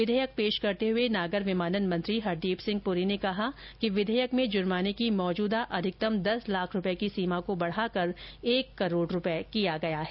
विधेयक पेश करते हुए नागर विमानन मंत्री हरदीप सिंह पुरी ने कहा कि विधेयक में जुर्माने की मौजूदा अधिकतम दस लाख रूपए की सीमा को बढ़ाकर एक करोड़ रूपए किया गया है